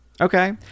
Okay